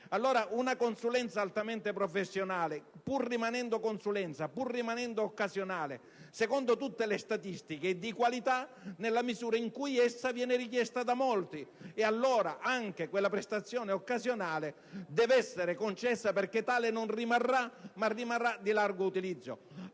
Una consulenza altamente professionale, pur rimanendo consulenza e pur rimanendo occasionale, secondo tutte le statistiche è di qualità nella misura in cui essa viene richiesta da molti. Anche quella prestazione occasionale deve essere allora concessa perché tale non rimarrà, ma diverrà di largo utilizzo.